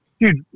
dude